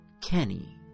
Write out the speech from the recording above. Kenny